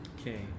Okay